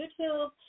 YouTube